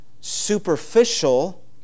superficial